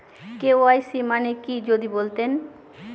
KYC মানে কি যদি বলতেন?